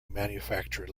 manufactured